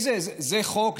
זה חוק,